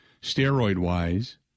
steroid-wise